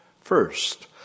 first